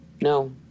No